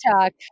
talk